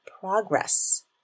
progress